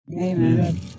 Amen